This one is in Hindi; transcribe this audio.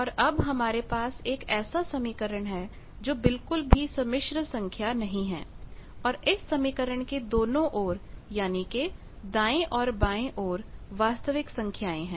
और अब हमारे पास एक ऐसा समीकरण है जो बिल्कुल भी सम्मिश्र संख्या नहीं है और इस समीकरण के दोनों ओर यानी कि दाएं और बाएं ओर वास्तविक संख्याएं है